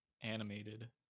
animated